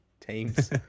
teams